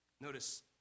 Notice